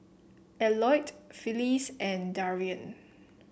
Eliot Phyllis and Darien